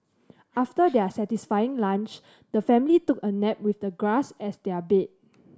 after their satisfying lunch the family took a nap with the grass as their bed